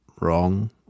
wrong